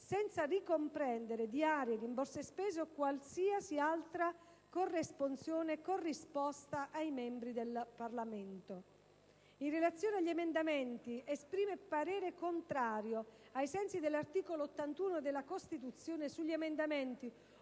senza ricomprendere diarie, rimborsi spese o qualsiasi altra corresponsione corrisposta ai membri del Parlamento. In relazione agli emendamenti, esprime parere contrario, ai sensi dell'articolo 81 della Costituzione, sugli emendamenti